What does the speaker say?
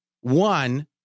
One